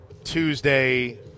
Tuesday